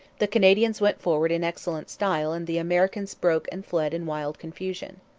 the canadians went forward in excellent style and the americans broke and fled in wild confusion.